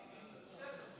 בסדר.